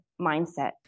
mindset